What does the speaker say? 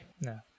no